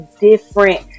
different